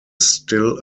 still